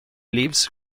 lives